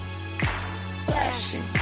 Flashing